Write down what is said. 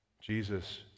Jesus